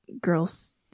girls